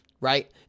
Right